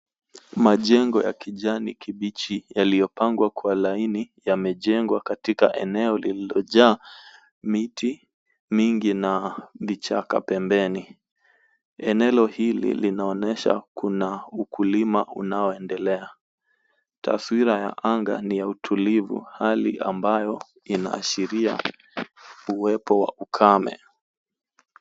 Majengo ya kijani kibichi yaliyopangwa kwa laini yamejengwa katika eneo lililojaa miti mingi na vichaka pembeni. Eneo hili linaonyesha kuna ukulima unaoendelea. Taswira ya anga ni ya utulivu, hali ambayo inaashiria uwepo wa ukame.